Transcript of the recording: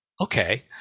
okay